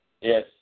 Yes